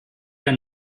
der